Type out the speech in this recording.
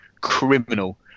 criminal